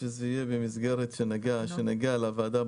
ובכלל זה תנאים בעניינים שלהלן: יכולותיה של המערכת,